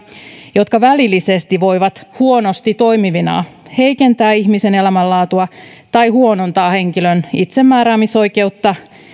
jotka välillisesti voivat huonosti toimivina heikentää ihmisen elämänlaatua tai huonontaa henkilön itsemääräämisoikeutta